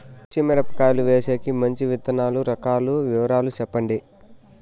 పచ్చి మిరపకాయలు వేసేకి మంచి విత్తనాలు రకాల వివరాలు చెప్పండి?